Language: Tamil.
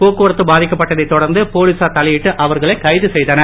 போக்குவரத்து பாதிக்கப்பட்டதைத் தொடர்ந்து போலீசார் தலையிட்டு இவர்கனை கைது செய்தனர்